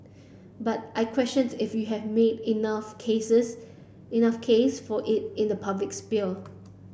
but I questioned if you have made enough cases enough case for it in the public sphere